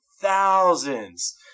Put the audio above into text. thousands